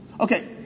Okay